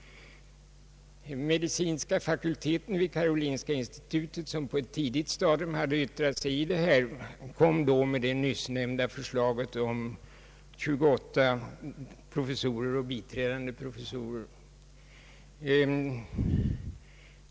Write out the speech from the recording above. Medicinska fakulteten vid Karolinska institutet, som på ett tidigt stadium hade yttrat sig över detta, framförde nyssnämnda förslag om 28 professorer och biträdande professorer.